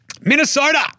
Minnesota